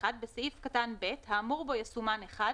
(1)בסעיף קטן (ב), האמור בו יסומן "(1)"